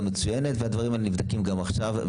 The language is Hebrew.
מצוינת והדברים האלה נבדקים גם עכשיו,